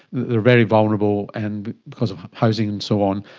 they're very vulnerable, and, because of housing and so on,